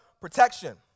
protection